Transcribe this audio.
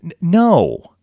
No